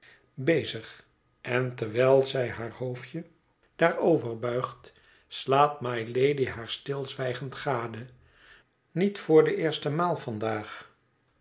bezig en terwijl zij haar hoofdje daarover buigt slaat mylady haar stilzwijgend gade niet voor de eerste maal vandaag